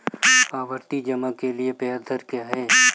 आवर्ती जमा के लिए ब्याज दर क्या है?